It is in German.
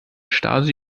stasi